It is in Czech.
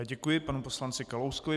Děkuji panu poslanci Kalouskovi.